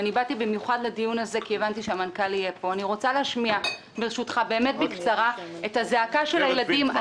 אני רוצה להשמיע את הזעקה של הילדים.